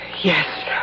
Yes